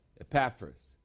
Epaphras